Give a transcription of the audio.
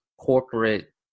corporate